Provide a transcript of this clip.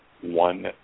one